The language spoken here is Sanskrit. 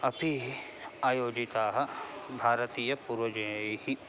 अपि आयोजिताः भारतीयपूर्वजैः